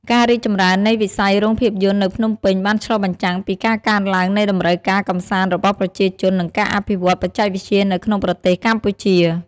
ការរីកចម្រើននៃវិស័យរោងភាពយន្តនៅភ្នំពេញបានឆ្លុះបញ្ចាំងពីការកើនឡើងនៃតម្រូវការកម្សាន្តរបស់ប្រជាជន និងការអភិវឌ្ឍន៍បច្ចេកវិទ្យានៅក្នុងប្រទេសកម្ពុជា។